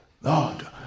Lord